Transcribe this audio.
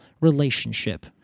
relationship